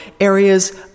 areas